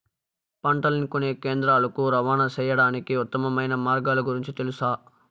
పంటలని కొనే కేంద్రాలు కు రవాణా సేయడానికి ఉత్తమమైన మార్గాల గురించి తెలుసా?